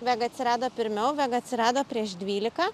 vega atsirado pirmiau vega atsirado prieš dvylika